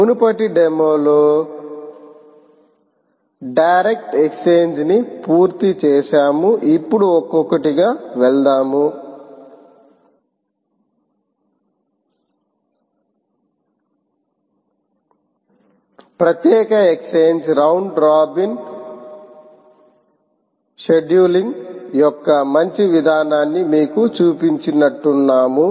మునుపటి డెమోలో direct exchange ని పూర్తి చేసము ఇప్పుడు ఒక్కొక్కటిగా వెళ్దాం ప్రత్యక్ష ఎక్స్ఛేంజ్ రౌండ్ రాబిన్ షెడ్యూలింగ్ యొక్క మంచి విధానాన్ని మీకు చూపించాలనుకుంటున్నాము